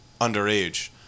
underage